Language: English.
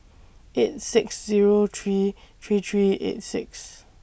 eight six Zero three three three eight six